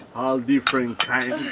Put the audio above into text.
all different kinds